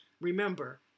Remember